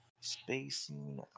Spacing